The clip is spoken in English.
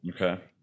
okay